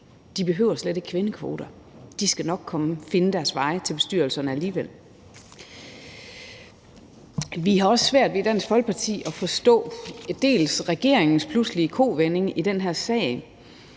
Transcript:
behøver slet ikke kvindekvoter. De skal nok finde deres vej til bestyrelserne alligevel. Vi har i Dansk Folkeparti også svært ved at forstå regeringens pludselige kovending i den her sag,